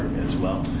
as well.